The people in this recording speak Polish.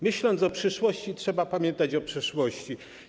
Myśląc o przyszłości, trzeba pamiętać o przeszłości.